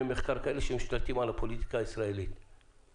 מחקר כאלה שמשתלטים על הפוליטיקה הישראלית.